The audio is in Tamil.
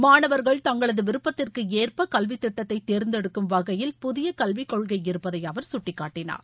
மாணவர்கள் தங்களது விருப்பத்திற்கு ஏற்ப கல்வித் திட்டத்தை தேர்ந்தெடுக்கும் வகையில் புதிய கல்விக் கொள்கை இருப்பதை அவர் சுட்டிக்காட்டினார்